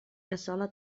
cassola